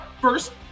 first